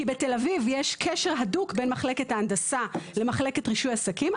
כי בתל-אביב יש קשר הדוק בין מחלקת ההנדסה למחלקת רישוי עסקים.